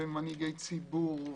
מנהיגי ציבור,